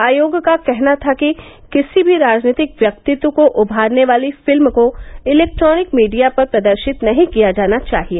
आयोग का कहना था कि किसी भी राजनीतिक व्यक्तित्व को उभारने वाली फिल्म को इलेक्ट्रोनिक मीडिया पर प्रदर्शित नहीं किया जाना चाहिए